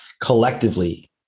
collectively